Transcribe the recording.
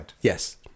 yes